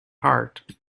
heart